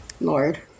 Lord